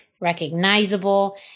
recognizable